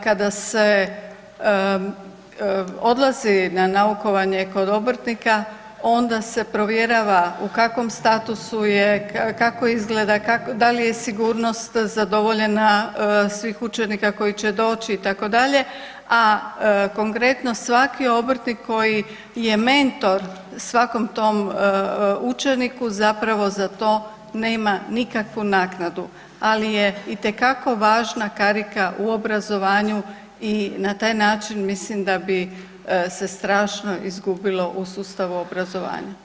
Kada se odlazi na naukovanje kod obrtnika, onda se provjerava u kakvom statusu, kako izgleda, da li je sigurnost zadovoljena svih učenika koji će doći itd., a konkretno, svaki obrtnik koji je mentor svakom tom učeniku, zapravo za to nema nikakvu naknadu ali je itekako važna karika u obrazovanju i na taj način mislim da bi se strašno izgubilo u sustavu obrazovanja.